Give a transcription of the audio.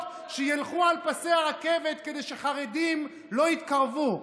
שילכו על פסי הרכבת כדי שחרדים לא יתקרבו?